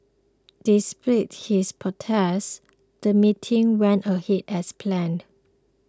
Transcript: despite his protest the meeting went ahead as planned